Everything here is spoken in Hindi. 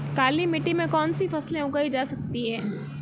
काली मिट्टी में कौनसी फसलें उगाई जा सकती हैं?